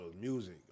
music